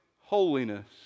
holiness